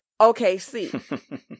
OKC